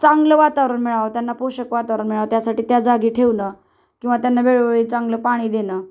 चांगलं वातावरण मिळावं त्यांना पोषक वातावरण मिळावं त्यासाठी त्या जागी ठेवणं किंवा त्यांना वेळोवेळी चांगलं पाणी देणं